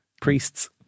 Priests